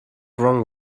wrong